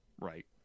Right